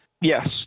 yes